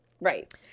right